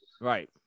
Right